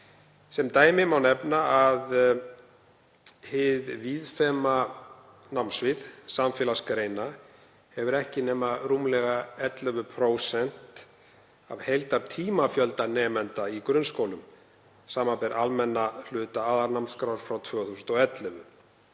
Sem dæmi má nefna að hið víðfeðma námssvið samfélagsgreina hefur ekki nema rúmlega 11% af heildartímafjölda nemenda í grunnskólum, samanber almenna hluta aðalnámskrár 2011.